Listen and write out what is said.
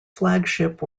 flagship